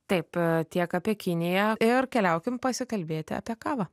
taip tiek apie kiniją ir keliaukim pasikalbėti apie kavą